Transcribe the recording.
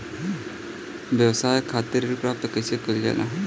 व्यवसाय खातिर ऋण प्राप्त कइसे कइल जाला?